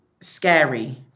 scary